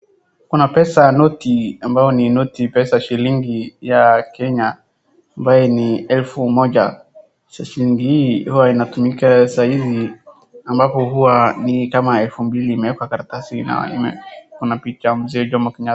Kuna pesa noti ambayo ni noti pesa shilingi ya Kenya ambaye ni elfu moja, shilingi hii huwa inatumika saa hizi ambapo huwa ni kama elfu mbili imeekwa karatasi kuna picha ya mzee Jomo Kenyatta.